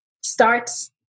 starts